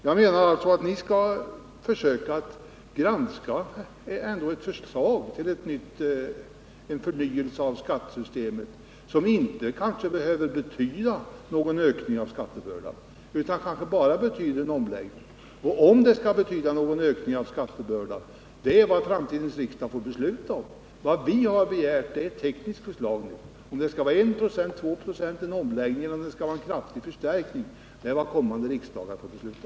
Jag tycker att ni ändå skall försöka granska ett förslag till förnyelse av skattesystemet, som inte behöver betyda någon ökning av skattebördan utan kanske bara innebär en omläggning. Om den förnyelsen betyder någon ökning av skattebördan, är något som framtidens riksdag får besluta. Vad vi har begärt är ett tekniskt förslag. Om det skall vara 1 96,2 96, en omläggning eller en kraftig förstärkning är vad kommande riksdagar får besluta.